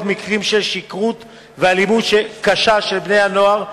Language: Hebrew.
מקרים של שכרות ואלימות קשה של בני-הנוער.